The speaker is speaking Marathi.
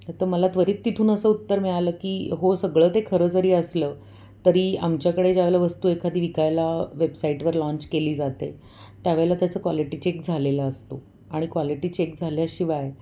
त तर मला त्वरित तिथून असं उत्तर मिळालं की हो सगळं ते खरं जरी असलं तरी आमच्याकडे ज्या वेळेला वस्तू एखादी विकायला वेबसाईटवर लाँच केली जाते त्या वेळेला त्याचं क्वालिटी चेक झालेलं असतो आणि क्वालिटी चेक झाल्याशिवाय